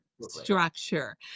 structure